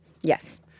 Yes